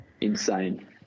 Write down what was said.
Insane